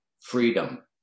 freedom